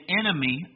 enemy